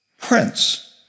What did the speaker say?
Prince